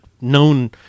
known